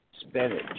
spinach